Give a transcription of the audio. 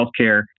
healthcare